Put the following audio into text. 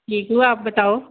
ਠੀਕ ਹੂੰ ਆਪ ਬਤਾਓ